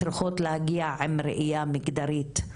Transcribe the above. צריכים להגיע עם ראייה מגדרית,